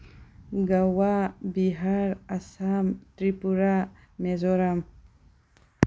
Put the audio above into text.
Goa Bihar Assam Tripura Mizoram